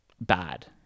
bad